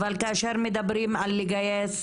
אבל כאשר מדברים על לגייס